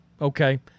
Okay